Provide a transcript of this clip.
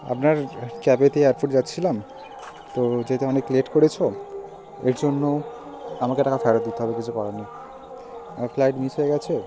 আপনার ক্যাবেতে এয়ারপোর্ট যাচ্ছিলাম তো যেতে অনেক লেট করেছ এর জন্য আমাকে টাকা ফেরত দিতে হবে কিছু করার নেই আমার ফ্লাইট মিস হয়ে গিয়েছে